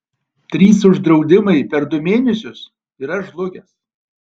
trys uždraudimai per du mėnesius ir aš žlugęs